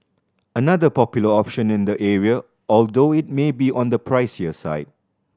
another popular option in the area although it may be on the pricier side